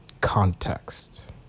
context